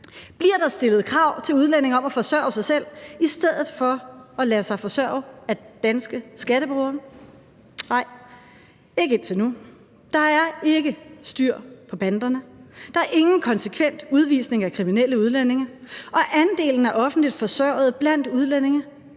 Bliver der stillet krav til udlændinge om at forsørge sig selv i stedet for at lade sig forsørge af danske skatteborgere? Nej, ikke indtil nu. Der er ikke styr på banderne, der er ingen konsekvent udvisning af kriminelle udlændinge, og andelen af offentligt forsørgede blandt udlændinge